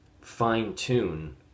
fine-tune